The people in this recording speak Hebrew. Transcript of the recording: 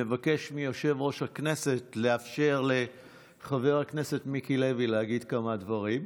מבקש מיושב-ראש הכנסת לאפשר לחבר הכנסת מיקי לוי להגיד כמה דברים.